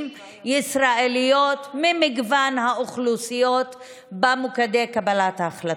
ישראליות ממגוון האוכלוסיות במוקדי קבלת ההחלטות.